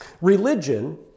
Religion